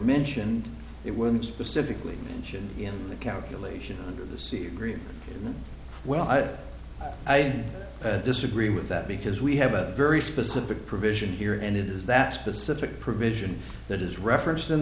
mentioned it wasn't specifically mentioned in the calculation under the sea green well i disagree with that because we have a very specific provision here and it is that specific provision that is referenced in